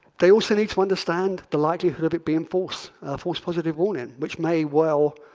they also need to understand the likelihood of it being false a false positive warning, which may well